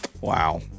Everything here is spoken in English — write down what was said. Wow